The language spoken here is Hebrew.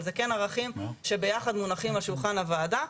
אבל זה כן ערכים שביחד מונחים על שולחן הוועדה.